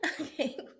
okay